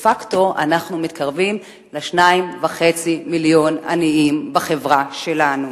דה-פקטו אנחנו מתקרבים ל-2.5 מיליון עניים בחברה שלנו.